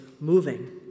moving